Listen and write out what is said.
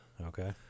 Okay